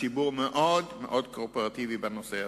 הציבור מאוד-מאוד קואופרטיבי בנושא הזה.